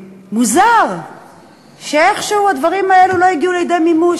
מוזר שאיכשהו הדברים האלה לא הגיעו לידי מימוש,